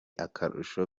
akarusho